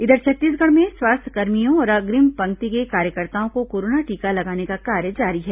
इधर छत्तीसगढ़ में स्वास्थ्यकर्मियों और अंग्रिम पंक्ति के कार्यकर्ताओं को कोरोना टीका लगाने का कार्य जारी है